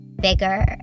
bigger